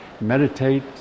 meditate